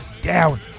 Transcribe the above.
down